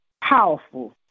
powerful